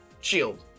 Shield